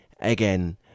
again